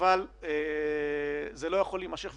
אבל זה לא יכול להימשך.